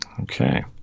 Okay